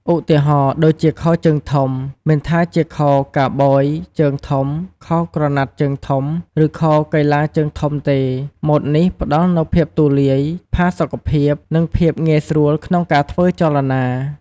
ឧទាហរណ៍ដូចជា ខោជើងធំ មិនថាជាខោកាប៊យជើងធំ ខោក្រណាត់ជើងធំ ឬខោកីឡាជើងធំទេ ម៉ូដនេះផ្ដល់នូវភាពទូលាយ ផាសុកភាព និងភាពងាយស្រួលក្នុងការធ្វើចលនា។